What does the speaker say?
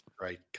right